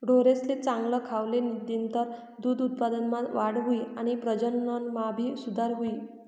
ढोरेसले चांगल खावले दिनतर दूध उत्पादनमा वाढ हुई आणि प्रजनन मा भी सुधार हुई